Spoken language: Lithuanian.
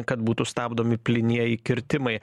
kad būtų stabdomi plynieji kirtimai